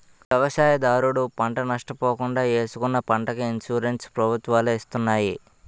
వ్యవసాయదారుడు పంట నష్ట పోకుండా ఏసుకున్న పంటకి ఇన్సూరెన్స్ ప్రభుత్వాలే చేస్తున్నాయి